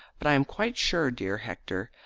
but i am quite sure, dear hector,